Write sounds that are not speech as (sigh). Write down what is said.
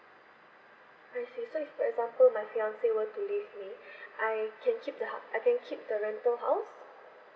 I see so if for example my fiance were to leave me (breath) I can keep the hou~ I can keep the rental house